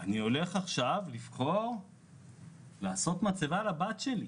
הצורך לבחור מצבה לבת שלי.